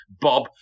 Bob